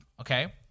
okay